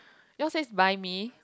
your said by me